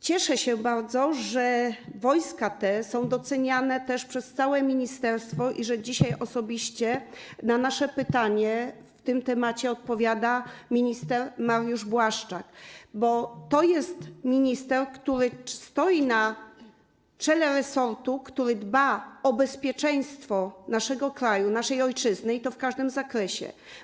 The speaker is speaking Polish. Cieszę się bardzo, że wojska te są doceniane też przez całe ministerstwo i że dzisiaj osobiście na nasze pytanie w tym temacie odpowiada minister Mariusz Błaszczak, bo to jest minister stojący na czele resortu, który dba o bezpieczeństwo naszego kraju, naszej ojczyzny, i to w każdym zakresie.